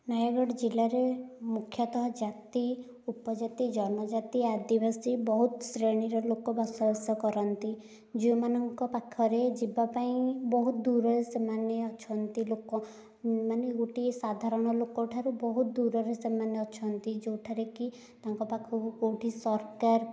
ନୟାଗଡ଼ ଜିଲ୍ଲାରେ ମୁଖ୍ୟତଃ ଜାତି ଉପଜାତି ଜନଜାତି ଆଦିବାସୀ ବହୁତ ଶ୍ରେଣୀର ଲୋକ ବସବାସ କରନ୍ତି ଯେଉଁମାନଙ୍କ ପାଖରେ ଯିବା ପାଇଁ ବହୁତ ଦୂରରେ ସେମାନେ ଅଛନ୍ତି ଲୋକମାନେ ଗୋଟିଏ ସାଧାରଣ ଲୋକଠାରୁ ବହୁତ ଦୂରରେ ସେମାନେ ଅଛନ୍ତି ଯେଉଁଠାରେକି ତାଙ୍କ ପାଖକୁ କେଉଁଠି ସରକାର